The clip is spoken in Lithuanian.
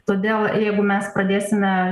todėl jeigu mes padėsime